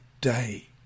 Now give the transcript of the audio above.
day